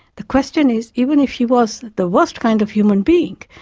the question is, even if she was the worst kind of human being,